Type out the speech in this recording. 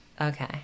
Okay